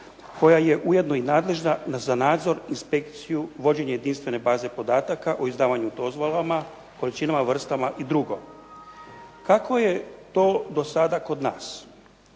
koja je ujedno i nadležna za nadzor, inspekciju, vođenje jedinstvene baze podataka o izdavanju dozvola, količinama, vrstama i drugo. Kako je to do sada kod nas?